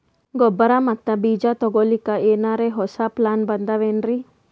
ಗೊಬ್ಬರ ಮತ್ತ ಬೀಜ ತೊಗೊಲಿಕ್ಕ ಎನರೆ ಹೊಸಾ ಪ್ಲಾನ ಬಂದಾವೆನ್ರಿ?